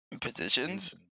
Positions